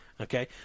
okay